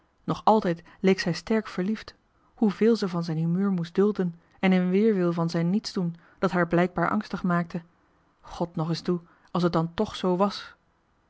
nog altijd leek zij sterk verliefd hoeveel ze van zijn humeur moest dulden en in weerwil van zijn niets doen dat haar blijkbaar angstig maakte god nog es toe als het dan toch zoo was